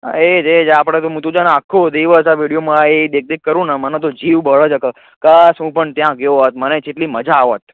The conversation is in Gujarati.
હા એ જ એ જ આપણે હું તો છે ને આખો દિવસ આ વીડિયોમાં એ જ દેખ દેખ કરું ને મને તો જીવ બળે છે કે કાશ હું પણ ત્યાં ગયો હોત મને કેટલી મજા આવત